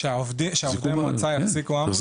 שעובדי המועצה יחזיקו אמבולנס?